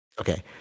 Okay